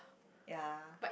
ya